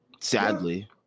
Sadly